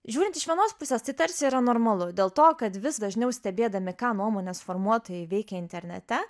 žiūrint iš vienos pusės tai tarsi yra normalu dėl to kad vis dažniau stebėdami ką nuomonės formuotojai veikia internete